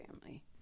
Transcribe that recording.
family